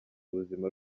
ubuzima